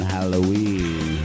Halloween